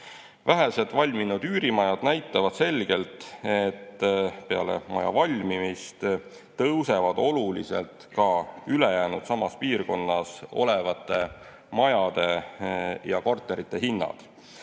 Vähesed valminud üürimajad näitavad selgelt, et peale maja valmimist tõusevad oluliselt ka ülejäänud samas piirkonnas olevate majade ja korterite hinnad.